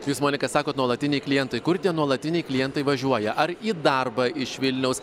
jūs monika sakot nuolatiniai klientai kur tie nuolatiniai klientai važiuoja ar į darbą iš vilniaus